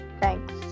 Thanks